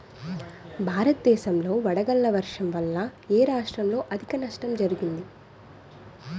భారతదేశం లో వడగళ్ల వర్షం వల్ల ఎ రాష్ట్రంలో అధిక నష్టం జరిగింది?